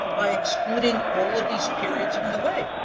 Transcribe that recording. by excluding all of these periods of delay.